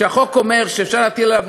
כשהחוק אומר שאפשר להטיל עליו,